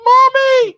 Mommy